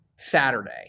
Saturday